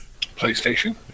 PlayStation